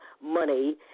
money